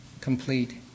complete